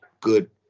good